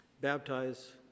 baptize